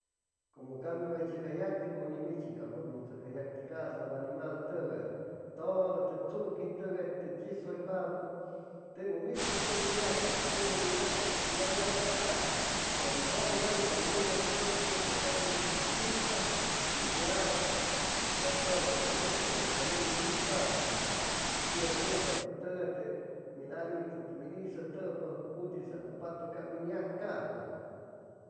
Cumu ca mi way tsucja yacti pues ni michi wam tsucja yacti casa animal tugay tudu te tsukin tugay que chisuy papu teb um ispa teb um yacajpa tumu niga'am pur que si wam yaca'a um jug'naypa ney capu um cutuquetpa cab mid uy chispa ya cab wa tuy uca jubsuga ca mid uy chispaji pitsaun tesan pu tugay min isu tupa jutisan um patpa ca min ya caj'pa